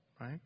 Right